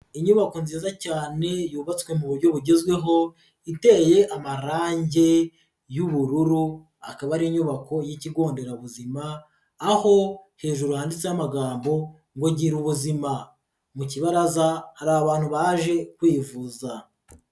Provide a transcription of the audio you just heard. Inyubako nziza cyane yubatswe mu buryo bugezweho iteye amarangi y'ubururu akaba ari inyubako y'ikigo nderabuzima, aho hejuru handitseho amagambo ngo girubuzima, mu kibaraza hari abantu baje kwivuza.